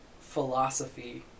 philosophy